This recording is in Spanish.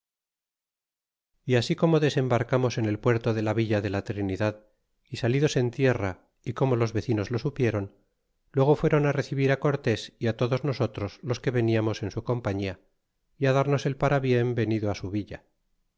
e así como desembarcamos en el puerto de la villa de la trinidad y salidos en tierra y como los vecinos lo supieron luego fueron recebir cortés y todos nosotros los que veniamos en su companía y darnos el parabien venido su villa